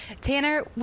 Tanner